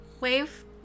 Wave